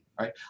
Right